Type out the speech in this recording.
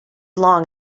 long